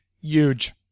huge